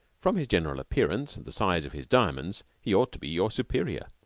from his general appearance and the size of his diamonds he ought to be your superior.